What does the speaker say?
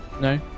No